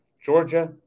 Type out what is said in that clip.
Georgia